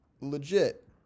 legit